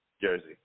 jersey